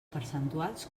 percentuals